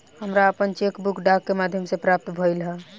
हमरा आपन cheque book डाक के माध्यम से प्राप्त भइल ह